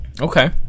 Okay